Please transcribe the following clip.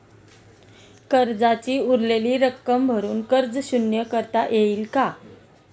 कर्जाची उरलेली रक्कम भरून कर्ज शून्य करता येईल का?